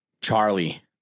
charlie